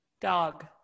Dog